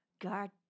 God